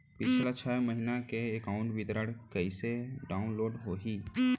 पिछला छः महीना के एकाउंट विवरण कइसे डाऊनलोड होही?